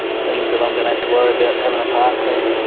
things that i'm going to have to worry about having a park there.